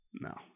No